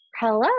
Hello